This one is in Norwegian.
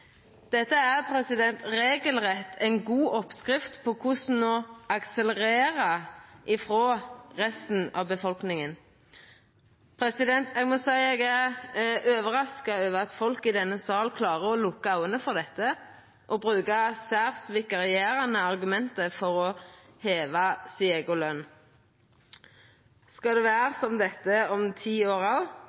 Dette er regelrett ei god oppskrift på korleis å akselerera frå resten av befolkninga. Eg må seia at eg er overraska over at folk i denne salen klarer å lukka augo for dette og bruka særs vikarierande argument for å heva si eiga løn. Skal det vera som dette om ti år